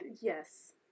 yes